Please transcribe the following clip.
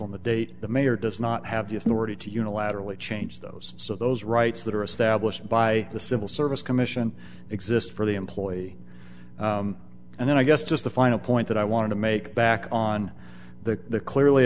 council that date the mayor does not have the authority to unilaterally change those so those rights that are established by the civil service commission exist for the employee and then i guess just the final point that i wanted to make back on the clearly